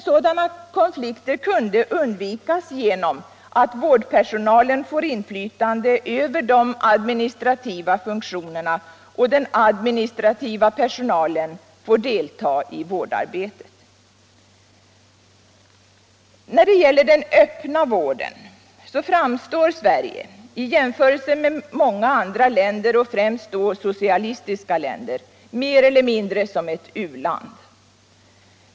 Sådana konflikter kan undvikas genom att vårdpersonalen får inflytande över de administrativa funktionerna och den administrativa personalen får delta i vårdarbetet. När det gäller den öppna vården framstår Sverige i jämförelse med många andra länder, främst då socialistiska länder, mer eller mindre som ett u-land.